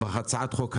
בהצעת החוק הראשונה.